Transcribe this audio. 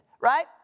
right